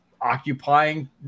occupying